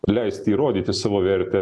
leisti įrodyti savo vertę